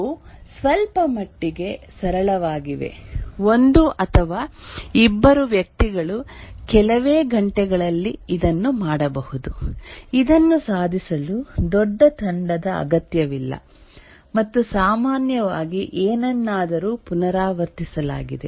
ಇವು ಸ್ವಲ್ಪಮಟ್ಟಿಗೆ ಸರಳವಾಗಿವೆ ಒಂದು ಅಥವಾ ಇಬ್ಬರು ವ್ಯಕ್ತಿಗಳು ಕೆಲವೇ ಗಂಟೆಗಳಲ್ಲಿ ಇದನ್ನು ಮಾಡಬಹುದು ಇದನ್ನು ಸಾಧಿಸಲು ದೊಡ್ಡ ತಂಡದ ಅಗತ್ಯವಿಲ್ಲ ಮತ್ತು ಸಾಮಾನ್ಯವಾಗಿ ಏನನ್ನಾದರೂ ಪುನರಾವರ್ತಿಸಲಾಗಿದೆ